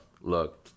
Look